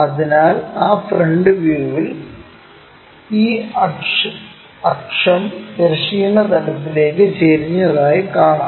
അതിനാൽ ആ ഫ്രണ്ട് വ്യൂവിൽ ഈ അക്ഷം തിരശ്ചീന തലത്തിലേക്ക് ചരിഞ്ഞതായി കാണാം